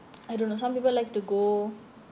I don't know some people like to go